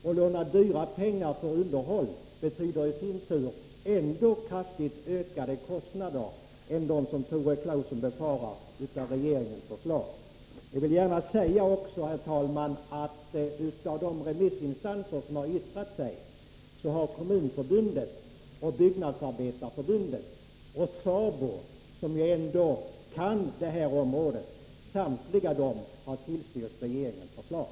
Att låna dyra pengar för underhåll betyder i sin tur ännu mer ökade kostnader än dem Tore Claeson befarar som en följd av regeringens förslag. Jag vill gärna säga också, herr talman, att av de remissinstanser som yttrat sig har Kommunförbundet, Byggnadsarbetareförbundet och SABO, som ju ändå kan det här området, samtliga tillstyrkt regeringens förslag.